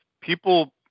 people